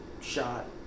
shot